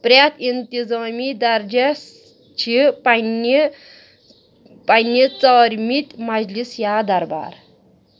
پرٮ۪تھ انتظٲمی درجس چھِ پنٕنہِ پنٕنہِ ژارِمٕتۍ مجلِس یا دربار